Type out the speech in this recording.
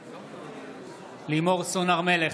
בעד לימור סון הר מלך,